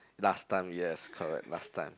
last time yes correct last time